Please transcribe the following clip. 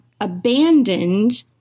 abandoned